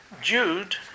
Jude